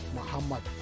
Muhammad